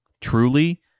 truly